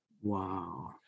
Wow